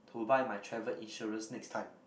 to buy my travel insurance next time